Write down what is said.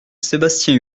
sébastien